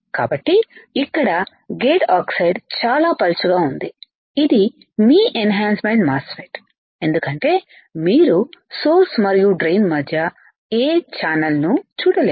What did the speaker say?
కాబట్టి ఇక్కడ gate oxide చాలా పలుచగా ఉంది ఇది మీ ఎన్ హాన్సమెంట్ మాస్ ఫెట్ ఎందుకంటే మీరు సోర్స్ మరియు డ్రైన్ మధ్య ఏ ఛానల్ ను చూడలేరు